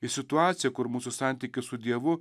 į situaciją kur mūsų santykis su dievu